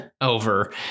over